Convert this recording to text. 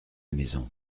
maison